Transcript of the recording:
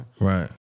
Right